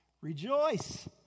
Rejoice